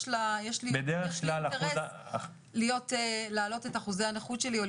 יש לי אינטרס להעלות את אחוזי הנכות שלי.